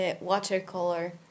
watercolor